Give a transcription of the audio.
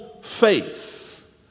faith